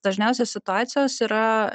dažniausiai situacijos yra